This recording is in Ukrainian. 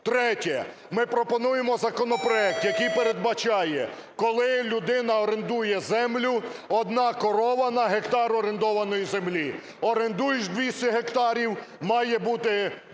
Третє. Ми пропонуємо законопроект, який передбачає, коли людина орендує землю, одна корова на гектар орендованої землі. Орендуєш 200 гектарів, має бути